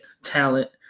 talent